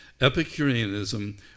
Epicureanism